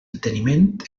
enteniment